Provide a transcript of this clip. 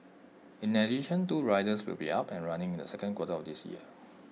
in addition two rides will be up and running in the second quarter of this year